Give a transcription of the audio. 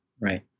right